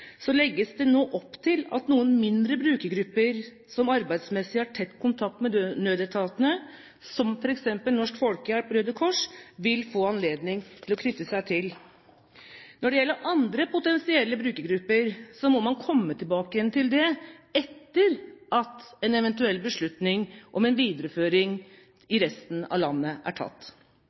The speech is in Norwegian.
legges det nå opp til at noen mindre brukergrupper som arbeidsmessig har tett kontakt med nødetatene, som f.eks. Norsk Folkehjelp og Røde Kors, vil få anledning til å knytte seg til. Når det gjelder andre potensielle brukergrupper, må man komme tilbake til det etter at en eventuell beslutning om en videreføring i resten av landet er tatt.